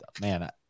man